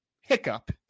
hiccup